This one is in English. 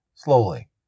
slowly